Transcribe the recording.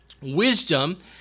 Wisdom